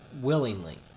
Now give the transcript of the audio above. Willingly